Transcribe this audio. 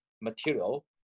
material